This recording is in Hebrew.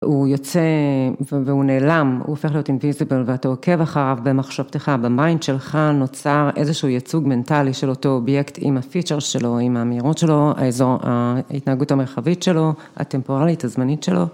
הוא יוצא והוא נעלם, הוא הופך להיות אינביזיבל ואתה עוקב אחריו במחשבתך, במיינד שלך נוצר איזשהו ייצוג מנטלי של אותו אובייקט עם הפיצ'ר שלו, עם המהירות שלו, האזור, ההתנהגות המרחבית שלו, הטמפורלית, הזמנית שלו.